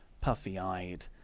puffy-eyed